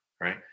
right